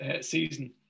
season